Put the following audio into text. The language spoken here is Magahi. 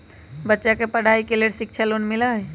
बच्चा के पढ़ाई के लेर शिक्षा लोन मिलहई?